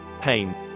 Pain